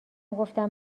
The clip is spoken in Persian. گفتم